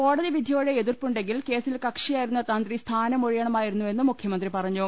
കോടതി വിധിയോട് എതിർപ്പുണ്ടെങ്കിൽ കേസിൽ കക്ഷിയായിരുന്ന തന്ത്രി സ്ഥാനം ഒഴിയണ മായിരുന്നുവെന്നും മുഖ്യമന്ത്രി പറഞ്ഞു